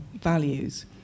values